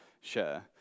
share